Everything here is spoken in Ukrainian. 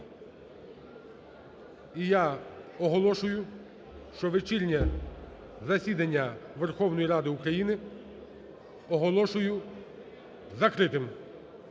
І я оголошую, що вечірнє засідання Верховної Ради України оголошую закритим.